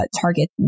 target